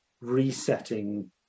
Resetting